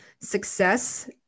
success